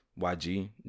YG